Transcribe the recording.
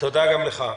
תודה גם לך.